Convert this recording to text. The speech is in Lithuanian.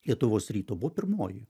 lietuvos ryto buvo pirmoji